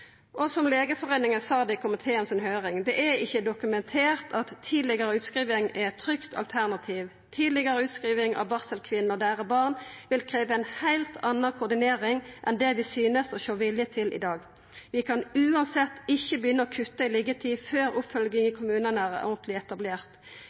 sa i komitéhøyringa at det ikkje er dokumentert at tidlegare utskriving er eit trygt alternativ. Tidlegare utskriving av barselkvinner og barna deira vil krevja ei heilt anna koordinering enn det vi synest å sjå vilje til i dag. Vi kan uansett ikkje begynna å kutta i liggjetida før oppfølging i